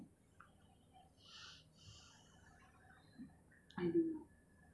mm